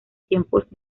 tiempos